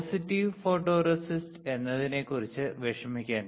positive photoresist എന്നതിനെക്കുറിച്ച് വിഷമിക്കേണ്ട